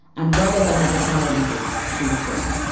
and right as i have the car rented, she was gone.